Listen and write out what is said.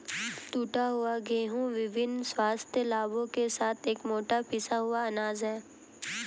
टूटा हुआ गेहूं विभिन्न स्वास्थ्य लाभों के साथ एक मोटा पिसा हुआ अनाज है